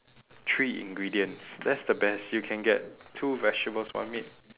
three ingredients that's the best you can get two vegetables one meat